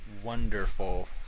Wonderful